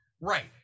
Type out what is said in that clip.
Right